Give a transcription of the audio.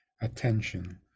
attention